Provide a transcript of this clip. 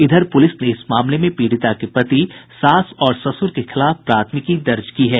इधर पुलिस ने इस मामले में पीड़िता के पति सास और ससुर के खिलाफ प्राथमिकी दर्ज की है